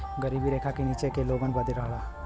गरीबी रेखा के नीचे के लोगन बदे रहल